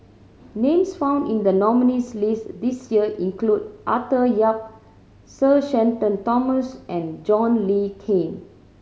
names found in the nominees' list this year include Arthur Yap Sir Shenton Thomas and John Le Cain